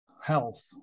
health